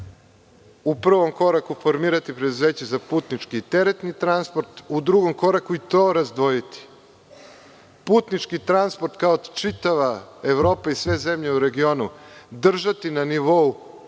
u prvom koraku – formirati preduzeće za putnički i teretni transport. U drugom koraku – to razdvojiti. Putnički transport, kao čitava Evropa i sve zemlje u regionu, držati na nivou